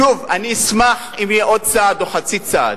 שוב, אני אשמח אם יהיה עוד צעד או חצי צעד.